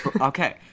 Okay